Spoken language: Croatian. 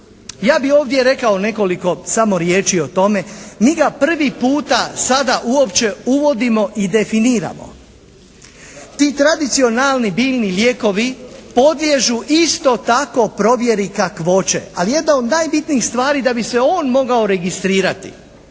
Ja bi ovdje rekao nekoliko samo riječi o tome. Mi ga prvi puta sada uopće uvodimo i definiramo. Ti tradicionalni biljni lijekovi podliježu isto tako provjeri kakvoće. Ali jedna od najbitnijih stvari da bi se on mogao registrirati